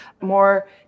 more